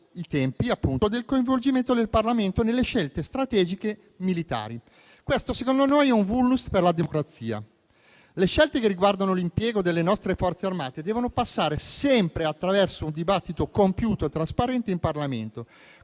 i tempi del coinvolgimento del Parlamento nelle scelte strategiche militari. Questo, secondo noi, è un *vulnus* per la democrazia. Le scelte che riguardano l'impiego delle nostre Forze armate devono passare sempre attraverso un dibattito compiuto e trasparente in Parlamento,